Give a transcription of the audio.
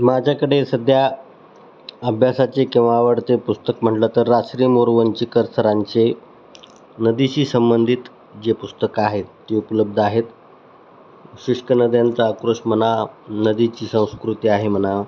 माझ्याकडे सध्या अभ्यासाचे किंवा आवडते पुस्तक म्हणलं तर रा श्री मोरवंचीकर सरांचे नदीशी संबंधित जे पुस्तकं आहेत ती उपलब्ध आहेत शुष्क नद्यांचा आक्रोश म्हणा नदीची संस्कृती आहे म्हणा